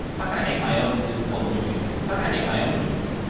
how can i make my own it was called winnuke. how can i make my own winnuke?